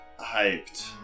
hyped